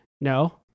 No